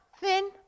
thin